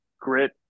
grit